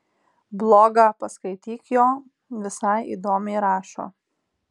blogą paskaityk jo visai įdomiai rašo